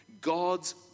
God's